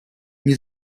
nie